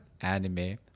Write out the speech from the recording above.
Anime